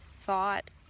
thought